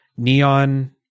Neon